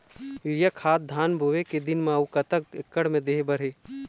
Urea खाद धान बोवे के दिन म अऊ कतक एकड़ मे दे बर हे?